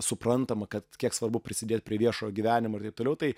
suprantama kad kiek svarbu prisidėt prie viešo gyvenimo ir taip toliau tai